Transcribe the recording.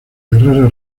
guerrera